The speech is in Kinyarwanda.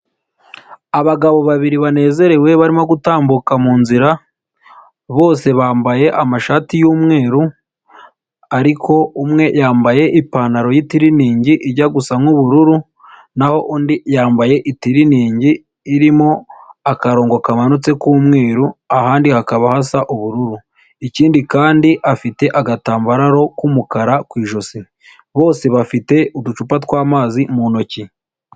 Abagabo babiri banezerewe barimo gutambuka mu nzira, bose bambaye amashati y'umweru, ariko umwe yambaye ipantaro y'itiriningi ijya gusa nk'ubururu, naho undi yambaye itiriningi irimo akarongo kamanutse k'umweru, ahandi hakaba hasa ubururu, ikindi kandi afite agatambaro k'umukara ku ijosi, bose bafite uducupa tw'amazi mu ntoki.